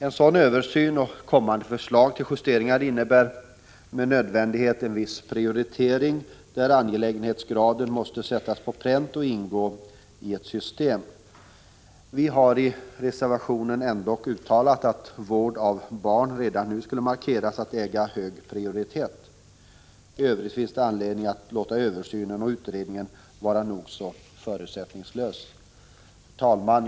En sådan här översyn och kommande förslag till justeringar innebär med nödvändighet en viss prioritering, där angelägenhetsgraden måste sättas på pränt och ingå i ett system. Vi har i reservationen ändock uttalat att det redan nu skall markeras att vård av barn äger hög prioritet. I övrigt finns det anledning att låta översynen vara nog så förutsättningslös. Herr talman!